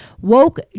Woke